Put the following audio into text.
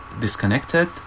Disconnected